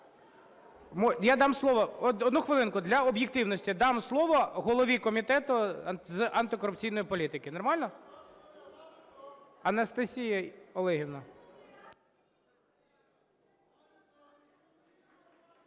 Я дам слово. Одну хвилинку, для об'єктивності, дам слово голові Комітету з антикорупційної політики. Нормально? Анастасія Олегівна.